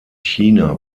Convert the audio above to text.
china